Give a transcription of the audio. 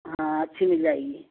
ہاں اچھی مل جائے گی